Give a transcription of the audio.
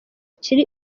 kiri